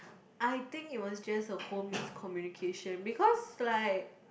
I think it was just a whole miscommunication because like